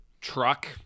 truck